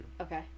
Okay